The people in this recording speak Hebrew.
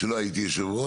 כשלא הייתי יו"ר,